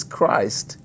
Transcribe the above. Christ